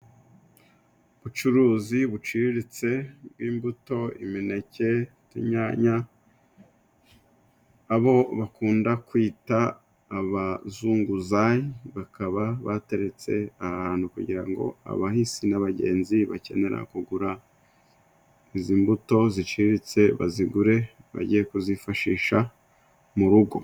Ubucuruzi buciriritse bw'imbuto, imineke, utunyanya abo bakunda kwita abazunguzayi bakaba bateretse ahantu kugira ngo abahisi n'abagenzi bakenera kugura izi mbuto ziciriritse bazigure bajye kuzifashisha mu rugo.